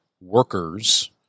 workers